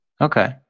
Okay